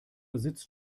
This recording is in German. sitzt